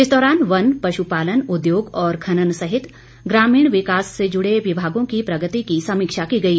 इस दौरान वन पश्पालन उद्योग और खनन सहित ग्रामीण विकास से जुड़े विभागों की प्रगति की समीक्षा की गई